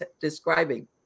describing